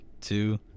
two